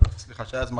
אז מנכ"ל,